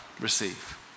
receive